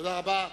תודה רבה.